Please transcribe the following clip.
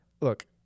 look